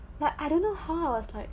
but I don't know how